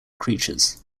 creatures